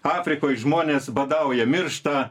afrikoj žmonės badauja miršta